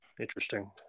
interesting